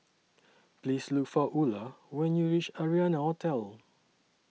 Please Look For Ula when YOU REACH Arianna Hotel